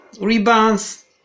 rebounds